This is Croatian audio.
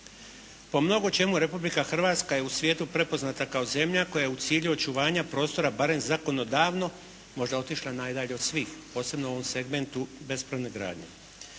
Po mnogočemu Republika Hrvatska je u svijetu prepoznata kao zemlja koja u cilju očuvanja prostora barem zakonodavno možda otišla najdalje od svih, posebno u ovom segmentu bespravne gradnje.